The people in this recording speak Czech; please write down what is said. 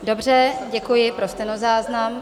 Dobře, děkuji, pro stenozáznam.